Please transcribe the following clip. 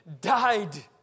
died